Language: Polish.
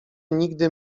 nigdy